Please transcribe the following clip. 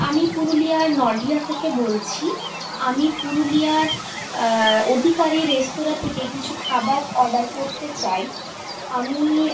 আমি পুরুলিয়ার নডিহা থেকে বলছি আমি পুরুলিয়ার অধিকারী রেস্তোরাঁ থেকে কিছু খাবার অর্ডার করতে চাই আমি